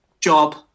job